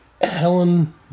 Helen